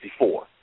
1964